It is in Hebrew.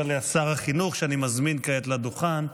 ישיב עליה שר החינוך, שאני מזמין כעת לדוכן.